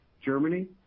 Germany